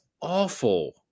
awful